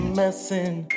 messing